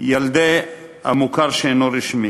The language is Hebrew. ילדי המוכר שאינו רשמי,